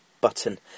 button